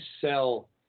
sell